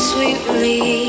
Sweetly